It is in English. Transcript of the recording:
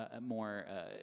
more